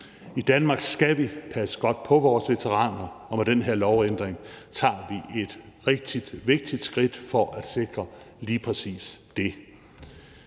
I Danmark skal vi passe godt på vores veteraner, og med den her lovændring tager vi et rigtig vigtigt skridt for at sikre lige præcis det.